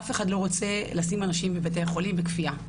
אף אחד לא רוצה לשים אנשים בבתי-החולים בכפייה.